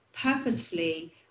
purposefully